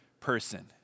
person